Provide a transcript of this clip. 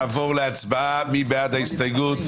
נצביע על הסתייגות